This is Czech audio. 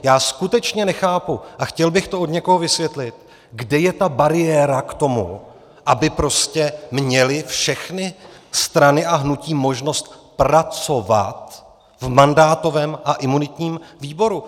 Já skutečně nechápu a chtěl bych to od někoho vysvětlit, kde je ta bariéra k tomu, aby prostě měly všechny strany a hnutí možnost pracovat v mandátovém a imunitním výboru.